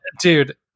Dude